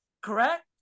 Correct